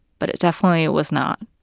but it definitely was not